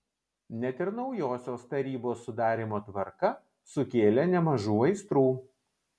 net ir naujosios tarybos sudarymo tvarka sukėlė nemažų aistrų